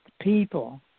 People